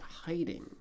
hiding